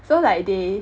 so like they